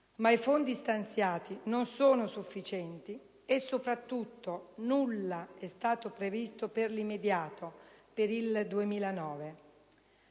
Ma i fondi stanziati non sono sufficienti e soprattutto nulla è stato previsto per l'immediato, per il 2009.